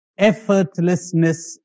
Effortlessness